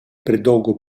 predolgo